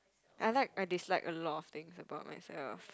I like and dislike a lot of things about myself